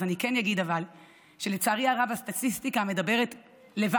אבל אני כן אגיד שלצערי הרב הסטטיסטיקה מדברת לבד,